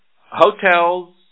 hotels